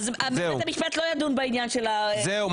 אז בית המשפט לא ידון בעניין של ה --- זהו,